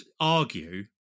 argue